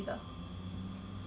!huh! then 它 stress 什么